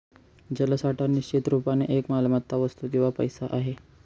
जलसाठा निश्चित रुपाने एक मालमत्ता, वस्तू किंवा पैसा आहे